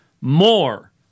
more